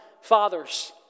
fathers